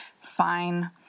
fine